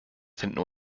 finden